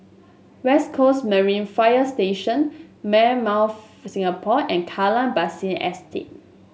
West Coast Marine Fire Station Singapore and Kallang Basin Estate